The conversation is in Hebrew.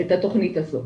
את התכנית הזאת.